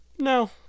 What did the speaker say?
No